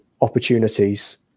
opportunities